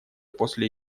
после